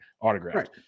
autographed